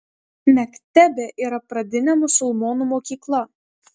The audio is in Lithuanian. mektebė yra pradinė musulmonų mokykla